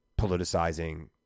politicizing